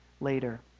later